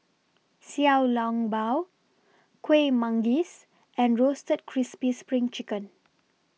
Xiao Long Bao Kueh Manggis and Roasted Crispy SPRING Chicken